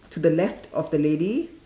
to the left of the lady